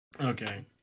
Okay